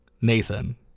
nathan